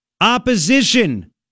Opposition